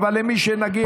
אבל למי שנגיע,